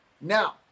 Now